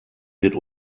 wird